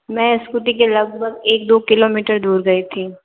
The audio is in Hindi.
मैं स्कूटी के लगभग एक दो किलोमीटर दूर गई थी